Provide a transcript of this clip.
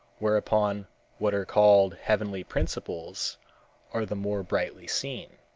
whereupon what are called heavenly principles are the more brightly seen.